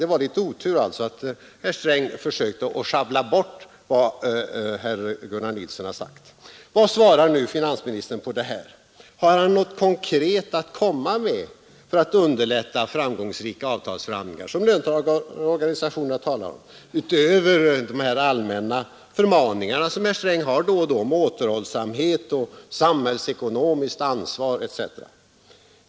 Det var alltså litet oturligt att herr Sträng försökte schabbla bort vad herr Gunnar Nilsson har sagt. Vad svarar nu finansministern på det här? Har herr Sträng något konkret att komma med för att underlätta framgångsrika avtalsförhandlingar, som löntagarorganisationerna talar om, utöver de här allmänna förmaningarna som han ger då och då om återhållsamhet och samhällsekonomiskt ansvar etc.?